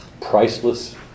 priceless